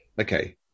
okay